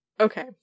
Okay